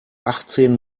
achtzehn